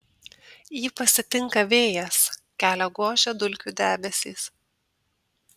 jį pasitinka vėjas kelią gožia dulkių debesys